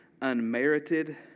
unmerited